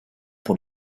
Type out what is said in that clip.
pour